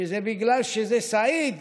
שבגלל שזה סעיד